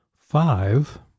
five